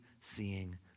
seeing